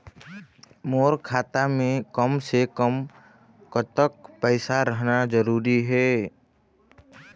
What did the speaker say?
मोर खाता मे कम से से कम कतेक पैसा रहना जरूरी हे?